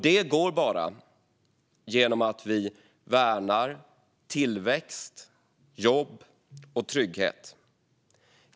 Det går bara genom att vi värnar tillväxt, jobb och trygghet.